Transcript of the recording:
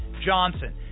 Johnson